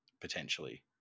potentially